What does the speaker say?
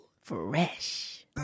fresh